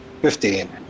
Fifteen